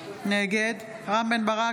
נגד רם בן ברק,